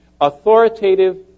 authoritative